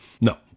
No